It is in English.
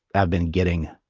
i've been getting,